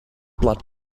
blood